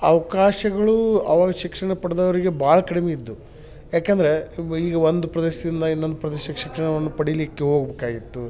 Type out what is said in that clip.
ಅವಕಾಶಗ್ಳೂ ಅವಾಗ ಶಿಕ್ಷಣ ಪಡೆದವ್ರಿಗೆ ಭಾಳ ಕಡಿಮೆ ಇದ್ದವು ಏಕೆಂದ್ರೆ ಈಗ ಒಂದು ಪ್ರದೇಶದಿಂದ ಇನ್ನೊಂದು ಪ್ರದೇಶಕ್ಕೆ ಶಿಕ್ಷಣವನ್ನು ಪಡಿಲಿಕ್ಕೆ ಹೋಗ್ಬೆಕಾಗಿತ್ತು